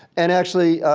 and actually,